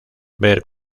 ver